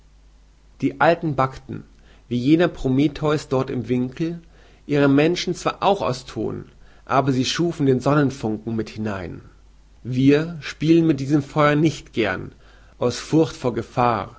die alten backten wie jener prometheus dort im winkel ihre menschen zwar auch aus thon aber sie schufen den sonnenfunken mit hinein wir spielen mit dem feuer nicht gern aus furcht vor gefahr